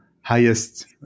highest